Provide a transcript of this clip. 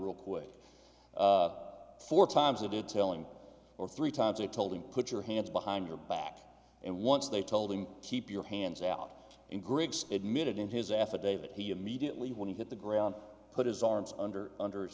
real quick four times a detailing or three times i told him put your hands behind your back and once they told him keep your hands out and griggs admitted in his affidavit he immediately when he hit the ground put his arms under under